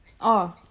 oh